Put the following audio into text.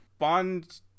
bond